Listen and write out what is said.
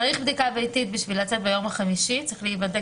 צריך בדיקה ביתית בשביל לצאת ביום החמישי צריך להיבדק